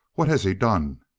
what has he done?